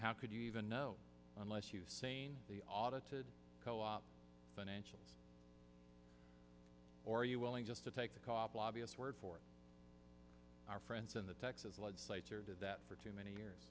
how could you even know unless you've seen the audited co op financials or are you willing just to take a copple obvious word for our friends in the texas legislature did that for too many years